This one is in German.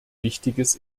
wichtiges